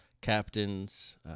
captains